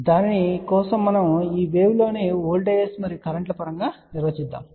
కాబట్టి దాని కోసం మనము ఈ వేవ్ లో ను వోల్టేజీలు మరియు కరెంట్ ల పరంగా నిర్వచించబోతున్నాము